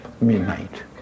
midnight